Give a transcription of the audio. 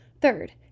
Third